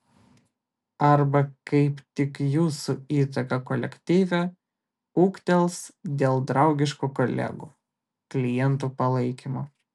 arba kaip tik jūsų įtaka kolektyve ūgtels dėl draugiško kolegų klientų palaikymo